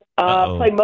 Play